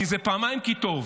כי זה פעמיים כי טוב.